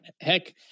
heck